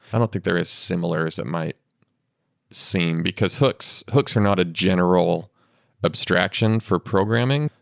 i don't think there is similars that might seem, because hooks hooks are not a general abstraction for programming.